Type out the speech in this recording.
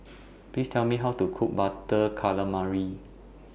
Please Tell Me How to Cook Butter Calamari